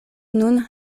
nun